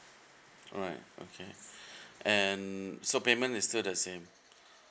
alright okay and so payment is still the same